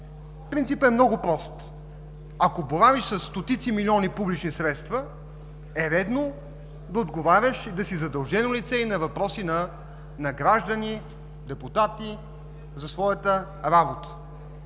Принципът е много прост. Ако боравиш със стотици милиони публични средства, е редно да отговаряш и на въпроси на граждани, и на депутати за своята работа,